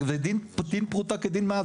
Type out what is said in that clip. וזה דין פרוטה כדין מאה,